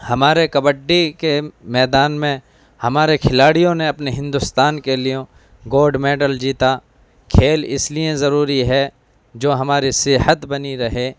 ہمارے کبڈی کے میدان میں ہمارے کھلاڑیوں نے اپنے ہندوستان کے لیے گوڈ میڈل جیتا کھیل اس لیے ضروری ہے جو ہمارے صحت بنی رہے